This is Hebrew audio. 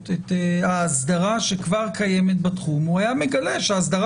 את האסדרה שכבר קיימת בתחום הוא היה מגלה שהאסדרה